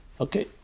Okay